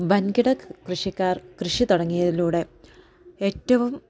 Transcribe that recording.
വൻകിട കൃഷിക്കാർ കൃഷി തുടങ്ങിയതിലൂടെ ഏറ്റവും